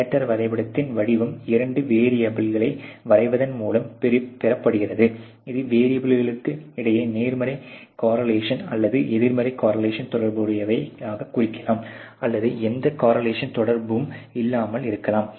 scatter வரைபடத்தின் வடிவம் இரண்டு வெரியபிகளை வரைவதன் மூலம் பெறப்படுகிறது இது வெரியபிள்களுக்கு இடையே நேர்மறை கோரிலேஷன் அல்லது எதிர்மறை கோரிலேஷன் தொடர்பைக் குறிக்கலாம் அல்லது எந்த கோரிலேஷன் தொடர்பும் இல்லாமல் இருக்கலாம்